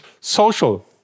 social